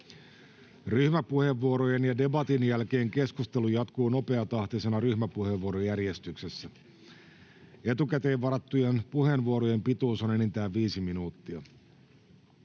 Ryhmäpuheenvuorojen ja debatin jälkeen keskustelu jatkuu nopeatahtisena ryhmäpuheenvuorojärjestyksessä. Etukäteen varattujen puheenvuorojen pituus on enintään viisi minuuttia.